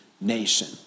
nation